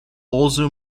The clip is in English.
also